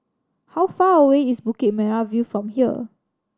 how far away is Bukit Merah View from here